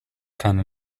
keine